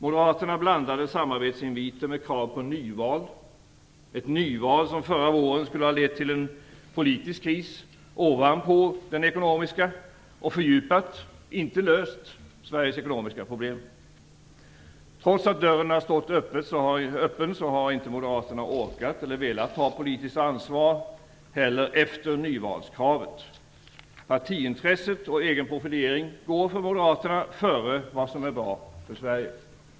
Moderaterna blandade samarbetsinviter med krav på nyval, ett nyval som förra våren skulle ha lett till en politisk kris ovanpå den ekonomiska och fördjupat, inte löst, Sveriges ekonomiska problem. Trots att dörren har stått öppen har inte Moderaterna orkat eller velat ta politiskt ansvar efter nyvalskravet. Partiintresset och egen profilering går för Moderaterna före vad som är bra för Sverige.